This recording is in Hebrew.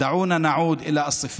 הבה נחזור למעלות, לערכים